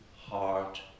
heart